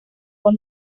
con